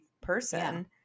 person